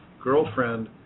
girlfriend